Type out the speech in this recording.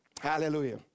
Hallelujah